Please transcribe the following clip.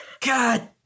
God